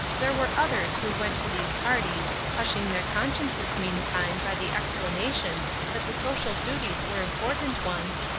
there were others who went to these parties, hushing their consciences meantime by the explanation that the social duties were important ones,